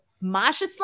Masha